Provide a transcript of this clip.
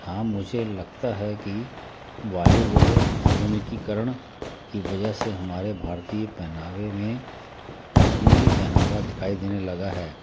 हाँ मुझे लगता है कि वाले बॉर्डर आधुनिकीकरण के वजह से हमारे भारतीय पहनावे में पश्चिमी पहनावा दिखाई देने लगा है